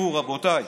רבותיי,